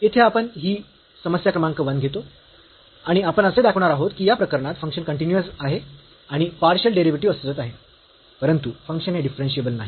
तर येथे आपण ही समस्या क्रमांक 1 घेतो आणि आपण असे दाखविणार आहोत की या प्रकरणात फंक्शन कन्टीन्यूअस आहे आणि पार्शियल डेरिव्हेटिव्ह अस्तित्वात आहे परंतु फंक्शन हे डिफरन्शियेबल नाही